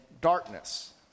darkness